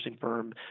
firm